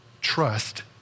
trust